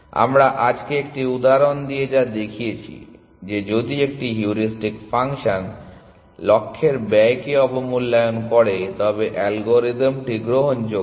সুতরাং আমরা আজকে একটি উদাহরণ দিয়ে যা দেখিয়েছি যে যদি একটি হিউরিস্টিক ফাংশন লক্ষ্যের ব্যয়কে অবমূল্যায়ন করে তবে অ্যালগরিদমটি গ্রহণযোগ্য